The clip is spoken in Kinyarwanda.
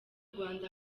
rwanda